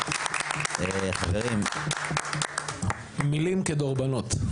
חברים --- מילים כדורבנות.